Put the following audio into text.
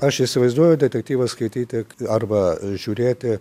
aš įsivaizduoju detektyvą skaityti arba žiūrėti